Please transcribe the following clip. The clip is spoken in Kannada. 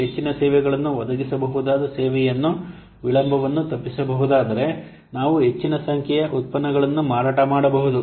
ನಾವು ಹೆಚ್ಚಿನ ಸೇವೆಗಳನ್ನು ಒದಗಿಸಬಹುದಾದ ಸೇವೆಯನ್ನು ವಿಳಂಬವನ್ನು ತಪ್ಪಿಸಬಹುದಾದರೆ ನಾವು ಹೆಚ್ಚಿನ ಸಂಖ್ಯೆಯ ಉತ್ಪನ್ನಗಳನ್ನು ಮಾರಾಟ ಮಾಡಬಹುದು